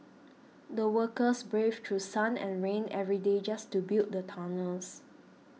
the workers braved through sun and rain every day just to build the tunnels